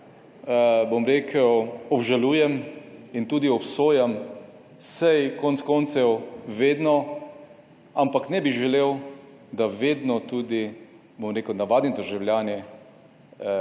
bom rekel, obžalujem in tudi obsojam, saj konec koncev vedno, ampak ne bi želel, da vedno tudi, bom rekel, navadni državljani tisto